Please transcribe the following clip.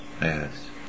Yes